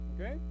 Okay